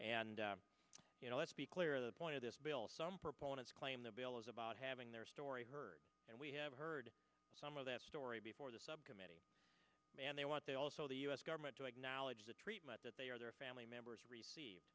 and you know let's be clear the point of this bill some proponents claim the bill is about having their story heard and we have heard some of that story before the subcommittee and they want they also the u s government to acknowledge the treatment that they or their family members receive